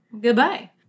Goodbye